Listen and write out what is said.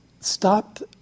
stopped